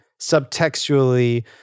subtextually